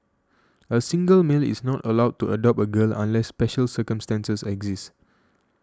a single male is not allowed to adopt a girl unless special circumstances exist